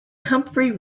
humphry